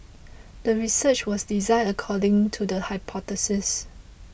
the research was designed according to the hypothesis